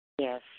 Yes